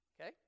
Okay